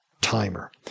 timer